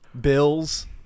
Bills